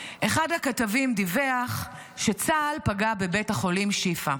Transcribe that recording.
אחד הכתבים דיווח שצה"ל פגע בבית החולים שיפא.